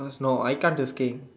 no I can't to stay